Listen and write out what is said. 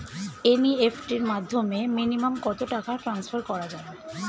NEFT এর মাধ্যমে minimum কত টাকা টান্সফার করা যাবে?